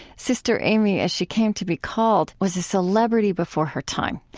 sister aimee, as she came to be called, was a celebrity before her time,